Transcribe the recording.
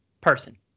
person